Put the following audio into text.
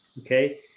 okay